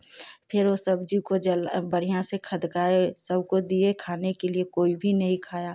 फिर उस सब्जी को बढ़ियाँ से खदकाए सबको दिए खाने के लिए कोई भी नहीं खाया